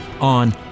on